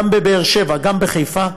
גם בבאר-שבע, גם בחיפה.